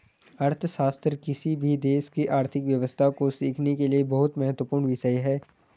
अर्थशास्त्र किसी भी देश की आर्थिक व्यवस्था को सीखने के लिए बहुत महत्वपूर्ण विषय हैं